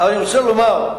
אני רוצה לומר,